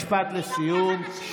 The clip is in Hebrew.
משפט לסיום.